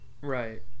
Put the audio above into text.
Right